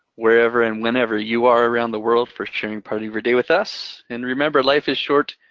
wherever and whenever you are around the world for sharing part of your day with us. and remember, life is short.